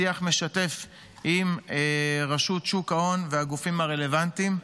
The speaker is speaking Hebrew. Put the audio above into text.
בשיח משתף עם רשות שוק ההון והגופים הרלוונטיים,